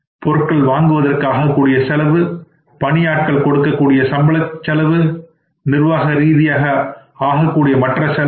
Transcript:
பொருட்கள் வாங்குவதற்கு ஆகக்கூடிய செலவு பணியாட்கள் கொடுக்கக்கூடிய சம்பள செலவு நிர்வாக ரீதியாக ஆகக்கூடிய மற்ற செலவுகள்